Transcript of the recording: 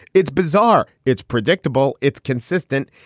it's bizarre, it's predictable, it's consistent.